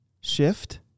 shift